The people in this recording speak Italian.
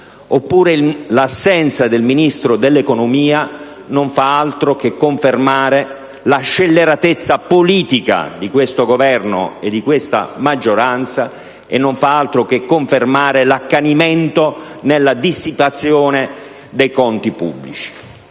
oppure l'assenza del Ministro dell'economia non fa altro che confermare la scelleratezza politica di questo Governo e di questa maggioranza, oltre che l'accanimento nella dissipazione dei conti pubblici.